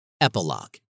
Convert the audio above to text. Epilogue